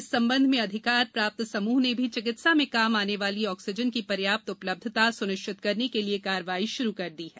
इस संबंध में अधिकार प्राप्त समूह ने भी चिकित्सा में काम आने वाली ऑक्सीजन की पर्याप्त उपलब्धता सुनिश्चित करने के लिए कार्रवाई शुरू कर दी है